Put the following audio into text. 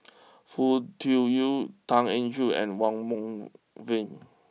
Foo Tui Liew Tan Eng Joo and Wong Meng Voon